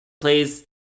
Please